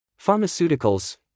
Pharmaceuticals